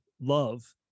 love